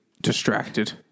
distracted